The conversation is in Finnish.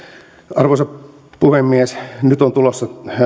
arvoisa puhemies nyt ollaan tulossa